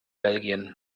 belgien